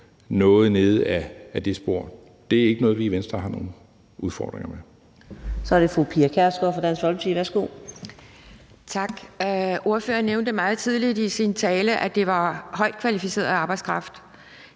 noget i den retning. Det er ikke noget, vi i Venstre har nogen udfordringer med.